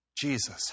Jesus